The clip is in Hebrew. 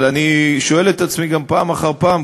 אבל אני שואל את עצמי גם פעם אחר פעם,